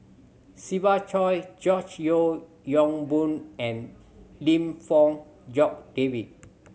Siva Choy George Yeo Yong Boon and Lim Fong Jock David